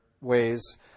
ways